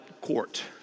court